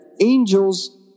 angels